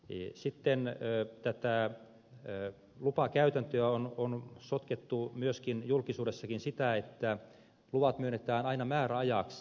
itse en näe että täällä sitten tätä lupakäytäntöä on sotkettu julkisuudessakin siten että luvat myönnettäisiin aina määräajaksi